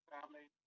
Family